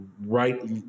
right